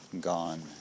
gone